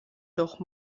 doch